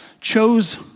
chose